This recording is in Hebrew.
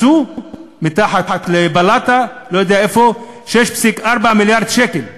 מצאו מתחת לבלטה, לא יודע איפה, 6.4 מיליארד שקל,